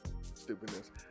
stupidness